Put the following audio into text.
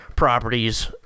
properties